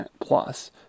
plus